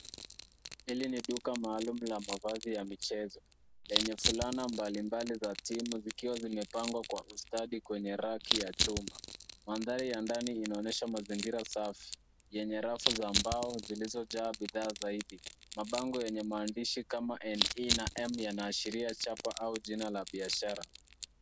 Hili ni duka maalum la mavazi ya michezo lenye fulana mbalimbali za timu zikiwa zimepangwa kwa usdmtadi kwenye raki ya chuma. Mandhari ya ndani inaonyesha mazingira safi yenye rafu za mbao zilizojaa bidhaa zaidi. Mabango yenye maandishi kama, NE na M,yanaashiria chapa au jina la biashara.